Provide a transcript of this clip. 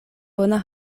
bona